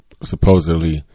supposedly